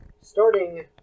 Starting